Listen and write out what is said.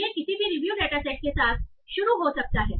यह किसी भी रिव्यू डेटा सेट के साथ शुरू हो सकता है